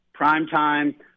primetime